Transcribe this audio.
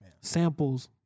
Samples